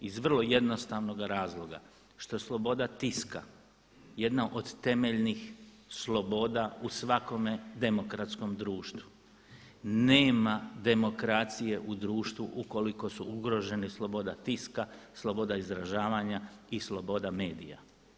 Iz vrlo jednostavnoga razloga, što sloboda tiska jedna od temeljnih sloboda u svakome demokratskom društvu, nema demokracije u društvu ukoliko su ugroženi sloboda tiska, sloboda izražavanja i sloboda medija.